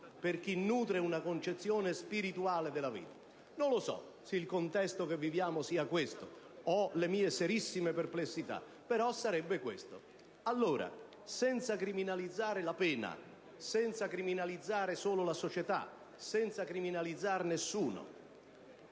per chi nutre una concezione spirituale della vita. Non so se il contesto in cui viviamo sia questo: ho le mie serie perplessità, ma sarebbe questo. Allora, senza criminalizzare la pena, senza criminalizzare solo la società, senza criminalizzare nessuno,